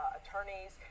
attorneys